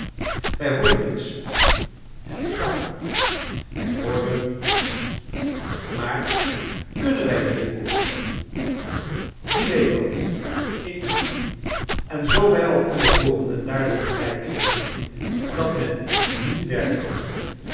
wij hooren niets het is waar wij hooren niets maar kunnen wij hier hooren wie weet dat ik niet en zoo wij al konden hooren en daardoor een blijk kregen dat men niet werkte